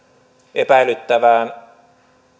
epäilyttävän